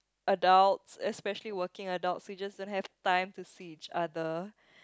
adults especially working adults so you just don't have time to see each other